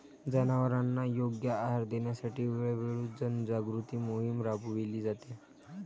जनावरांना योग्य आहार देण्यासाठी वेळोवेळी जनजागृती मोहीम राबविली जाते